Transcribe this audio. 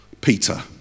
Peter